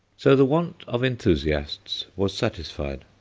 so the want of enthusiasts was satisfied.